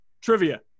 Trivia